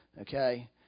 Okay